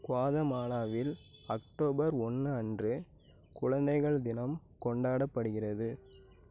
குவாதமாலாவில் October ஒன்று அன்று குழந்தைகள் தினம் கொண்டாடப்படுகிறது